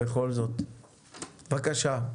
בבקשה.